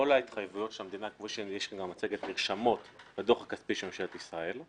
כל ההתחייבויות של המדינה נרשמות בדוח הכספי של ממשלת ישראל.